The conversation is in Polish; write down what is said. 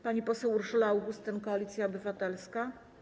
Pani poseł Urszula Augustyn, Koalicja Obywatelska.